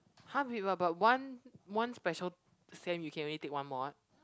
!huh! wait but but one one special sem you can only take one mod